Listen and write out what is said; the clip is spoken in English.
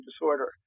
disorder